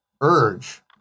urge